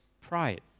pride